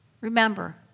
Remember